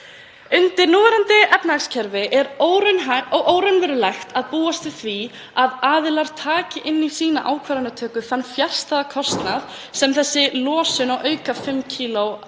undir núverandi efnahagskerfi óraunhæft að búast við því að aðilar taki inn í sína ákvarðanatöku þann fjarstæða kostnað sem þessi losun á auka 5 kílóum